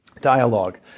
Dialogue